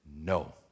no